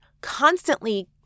constantly